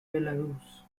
belarus